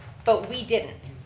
but we didn't.